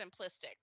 simplistic